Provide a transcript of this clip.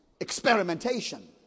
experimentation